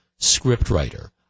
scriptwriter